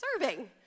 serving